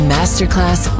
Masterclass